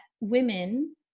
women